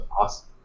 awesome